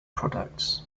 products